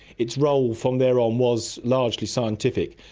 its role from there on was largely scientific.